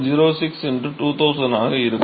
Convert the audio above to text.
06 2000 ஆக இருக்கும்